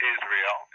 Israel